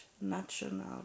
national